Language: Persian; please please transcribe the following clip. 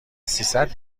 سیصد